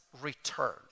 return